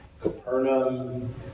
Capernaum